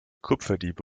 kupferdiebe